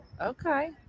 okay